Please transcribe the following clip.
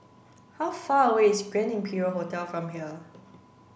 how far away is Grand Imperial Hotel from here